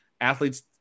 athletes